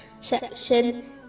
section